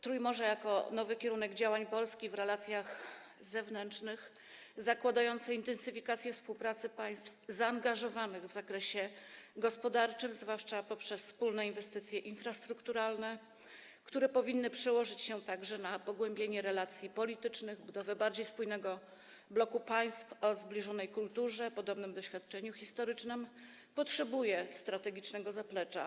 Trójmorze jako nowy kierunek działań Polski w relacjach zewnętrznych, zakładający intensyfikację współpracy państw zaangażowanych w zakresie gospodarczym, zwłaszcza poprzez wspólne inwestycje infrastrukturalne, które powinny przełożyć się także na pogłębienie relacji politycznych, budowę bardziej spójnego bloku państw o zbliżonej kulturze, podobnym doświadczeniu historycznym, potrzebuje strategicznego zaplecza.